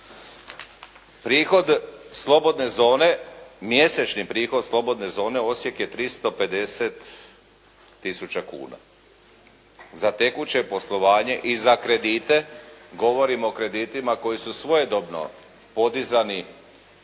Prihod slobodne zone, mjesečni prihod slobodne zone Osijek je 350 tisuća kuna za tekuće poslovanje i za kredite. Govorim o kreditima koji su svojedobno podizani